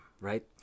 right